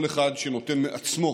כל אחד שנותן מעצמו